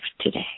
today